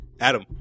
Adam